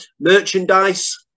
merchandise